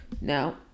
now